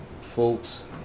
Folks